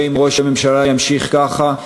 אם ראש הממשלה ימשיך ככה,